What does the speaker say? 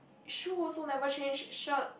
shoe also never change shirt